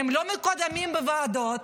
הם לא מקודמים בוועדות,